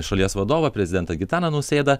šalies vadovą prezidentą gitaną nausėdą